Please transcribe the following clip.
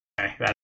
Okay